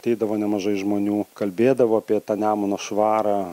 ateidavo nemažai žmonių kalbėdavo apie tą nemuno švarą